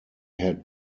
had